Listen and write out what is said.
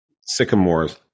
sycamores